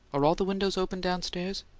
are all the windows open downstairs?